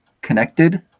connected